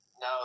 No